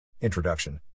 Introduction